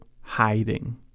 hiding